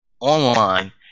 online